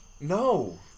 No